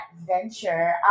adventure